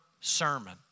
sermon